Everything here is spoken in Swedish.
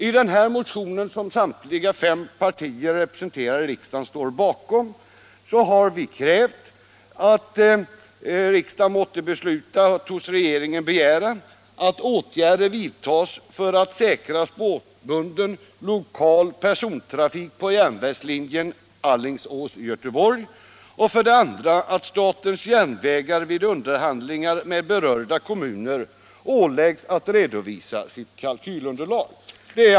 I den motionen, som alltså samtliga fem partier som är representerade i riksdagen står bakom, har vi krävt för det första att riksdagen måtte besluta att hos regeringen begära att åtgärder vidtas för att säkra spårbunden lokal persontrafik på järnvägslinjen Alingsås-Göteborg och för det andra att statens järnvägar åläggs att vid underhandlingar med berörda kommuner redovisa sitt kalkylunderlag.